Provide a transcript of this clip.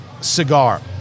cigar